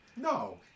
No